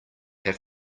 have